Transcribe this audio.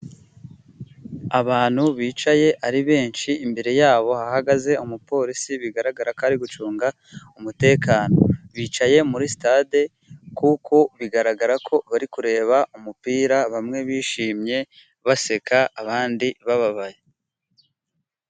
Abantu bicaye ari benshi imbere yabo hahagaze umupolisi bigaragara ko ari gucunga umutekano, bicaye muri stade kuko bigaragara ko bari kureba umupira, bamwe bishimye baseka abandi bababaye.